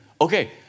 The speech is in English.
Okay